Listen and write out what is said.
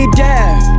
death